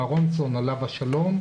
מר רונסון עליו השלום,